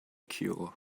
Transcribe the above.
cure